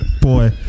Boy